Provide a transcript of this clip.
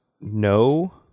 No